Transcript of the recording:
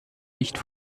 nicht